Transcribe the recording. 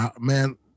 Man